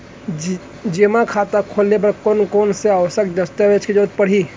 जेमा खाता खोले बर कोन कोन से आवश्यक दस्तावेज के जरूरत परही?